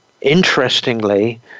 interestingly